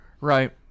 Right